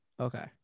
Okay